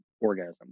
orgasm